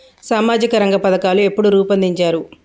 సామాజిక రంగ పథకాలు ఎప్పుడు రూపొందించారు?